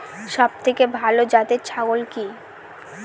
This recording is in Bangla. সবথেকে ভালো জাতের ছাগল কি?